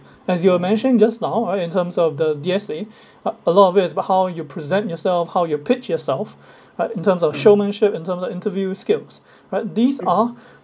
as you've mentioned just now alright in terms of the D_S_A uh a lot of it is about how you present yourself how your pitch yourself right in terms of showmanship in terms of interview skills but these are